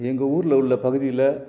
எங்கள் ஊரில் உள்ள பகுதியில்